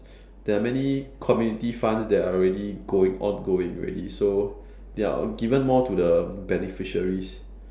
there are many community funds that are already going on going already so they're given more to the beneficiaries